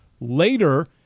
later